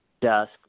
dusk